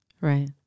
Right